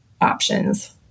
options